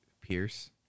Pierce